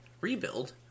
Rebuild